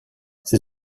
ces